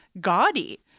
gaudy